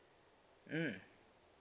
mm